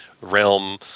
realm